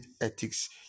ethics